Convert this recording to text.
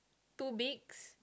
two beaks